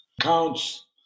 counts